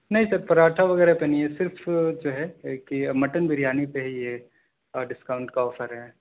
نہیں سر پراٹھا وغیرہ پہ نہیں ہے صرف جو ہے کہ مٹن بریانی پہ ہی ہے ڈسکاؤنٹ کا آفر ہے